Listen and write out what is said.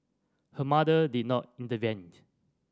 her mother did not intervene